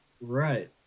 right